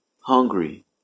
hungry